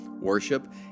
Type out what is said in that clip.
worship